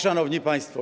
Szanowni Państwo!